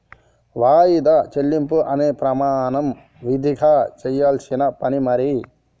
వాయిదా చెల్లింపు అనే ప్రమాణం విదిగా చెయ్యాల్సిన పని మరి